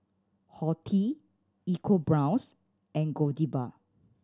Horti EcoBrown's and Godiva